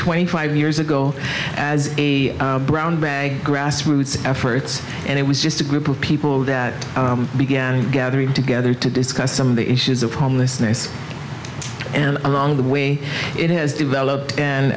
twenty five years ago as a brown bag grassroots efforts and it was just a group of people that began gathering together to do some of the issues of homelessness and along the way it has developed